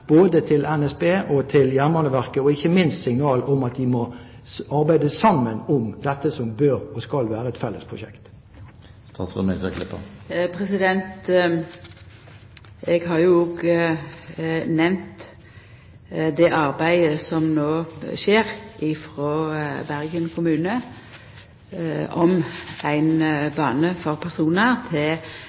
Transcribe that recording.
både til NSB og til Jernbaneverket og ikke minst signal om at de må arbeide sammen om dette som bør og skal være et fellesprosjekt? Eg har nemnt det arbeidet som no skjer i Bergen kommune med ein personbane til Bergen, det som